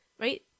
right